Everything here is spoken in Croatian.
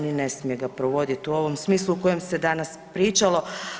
Ni ne smije ga provoditi u ovom smislu u kojem se danas pričalo.